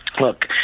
Look